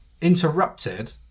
interrupted